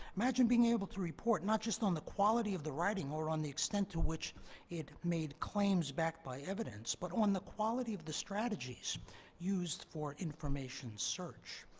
imagine being able to report not just on the quality of the writing or the extent to which it made claims backed by evidence but on the quality of the strategies used for information search.